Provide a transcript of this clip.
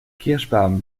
kirschbaum